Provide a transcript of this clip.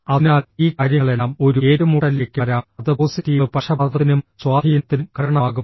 അതിനാൽ ഈ കാര്യങ്ങളെല്ലാം ഒരു ഏറ്റുമുട്ടലിലേക്ക് വരാം അത് പോസിറ്റീവ് പക്ഷപാതത്തിനും സ്വാധീനത്തിനും കാരണമാകും